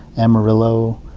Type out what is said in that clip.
amarillo,